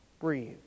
breathe